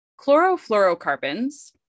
Chlorofluorocarbons